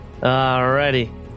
Alrighty